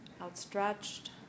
outstretched